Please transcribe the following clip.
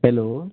hello